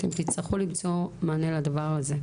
אתם תצטרכו למצוא מענה לדבר הזה.